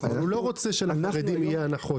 להן את ההנחות